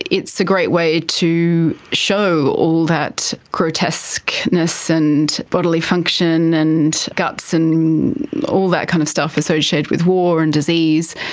it's a great way to show all that grotesqueness and bodily function and guts and all that kind of stuff associated with war and disease,